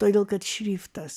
todėl kad šriftas